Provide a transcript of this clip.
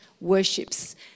worships